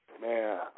Man